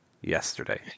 yesterday